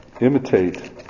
imitate